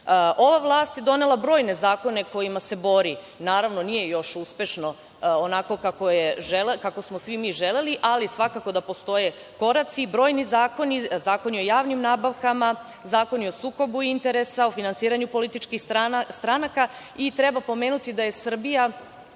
vlast je donela brojne zakone kojima se bori. Naravno, nije još uspešno onako kako smo svi želeli, ali svakako da postoje koraci, brojni zakoni, zakoni o javnim nabavkama, zakoni o sukobu interesa, finansiranju političkih stranaka i treba pomenuti da je Srbija